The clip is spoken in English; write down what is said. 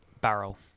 barrel